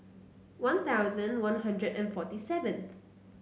One Thousand One Hundred and forty seventh